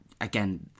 again